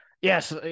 Yes